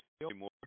anymore